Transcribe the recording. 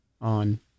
on